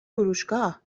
فروشگاه